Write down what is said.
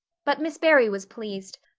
but miss barry was pleased,